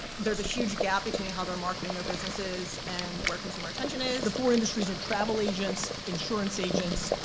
there's a huge gap between how they're marketing their businesses and where consumer attention is. the four industries are travel agents, insurance agents,